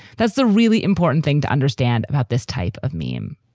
that's the really important thing to understand about this type of meme.